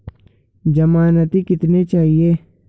ज़मानती कितने चाहिये?